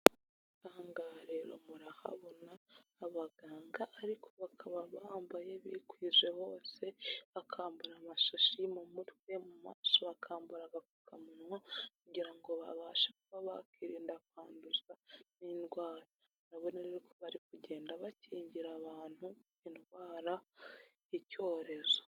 Aha ngaha rero murahabona abaganga ariko bakaba bambaye bikwije bose, bakambara amashashi mu mutwe, mu maso bakambara agapfukamunwa kugira ngo babashe kuba bakirinda kwanduzwa n'indwara, murabona rero ko bari kugenda bakingira abantu indwara y'icyorezo.